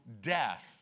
death